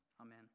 Amen